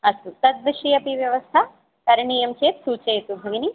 अस्तु तद्विषये अपि व्यवस्था करणीयं चेत् सूचयतु भगिनी